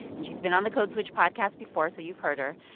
and she's been on the code switch podcast before, so you've heard her.